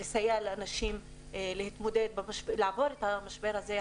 לסייע לאנשים לעבור את המשבר הזה,